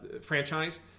Franchise